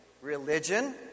religion